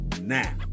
now